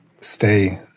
Stay